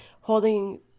holding